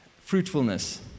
Fruitfulness